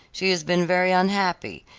she has been very unhappy,